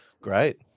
Great